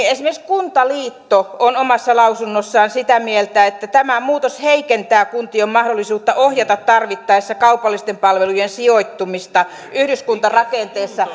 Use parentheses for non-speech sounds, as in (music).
(unintelligible) esimerkiksi kuntaliitto on omassa lausunnossaan sitä mieltä että tämä muutos heikentää kuntien mahdollisuutta ohjata tarvittaessa kaupallisten palvelujen sijoittumista yhdyskuntarakenteessa (unintelligible)